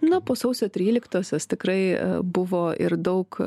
na po sausio tryliktosios tikrai buvo ir daug